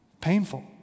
Painful